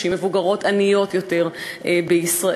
נשים מבוגרות עניות יותר בישראל.